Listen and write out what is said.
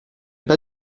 pas